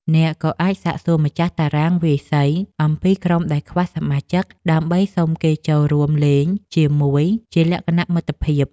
អ្នកក៏អាចសាកសួរម្ចាស់តារាងវាយសីអំពីក្រុមដែលខ្វះសមាជិក ដើម្បីសុំគេចូលរួមលេងជាមួយជាលក្ខណៈមិត្តភាព។